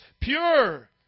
pure